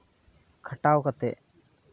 ᱠᱷᱟᱴᱟᱣ ᱠᱟᱛᱮ